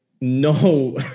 no